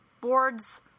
boards